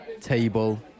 table